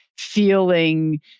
Feeling